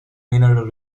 mineral